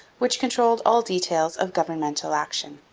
which controlled all details of governmental action.